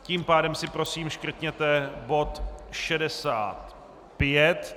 Tím pádem si prosím škrtněte bod 65.